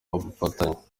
ubufatanye